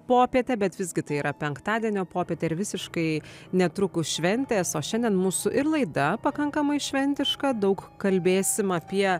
popietę bet visgi tai yra penktadienio popietė ir visiškai netrukus šventės o šiandien mūsų ir laida pakankamai šventiška daug kalbėsim apie